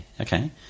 okay